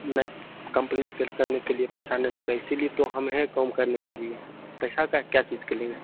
नहीं कंप्लेन केर करने के लिए पैसा नहीं लगता है इसीलिए तो हम हैं काम करने के लिए पैसा काहे क्या चीज के लेंगे